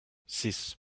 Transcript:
sis